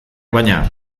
baina